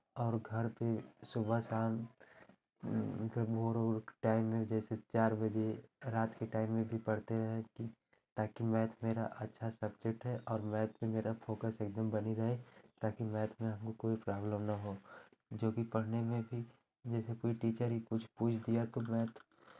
और घर पे सुबह शाम भोर ओर के टाइम जैसे चार बजे रात के टाइम में भी पढ़ते हैं ताकि मैथ मेरा अच्छा सबज़ेक्ट है और मैथ में मेरा फोकस एकदम बनी रहे ताकि मैथ में हमको कोई प्रॉब्लम ना हो जोकि पढ़ने में भी जैसे कोई टीचर ही पूछ दिया तो मैथ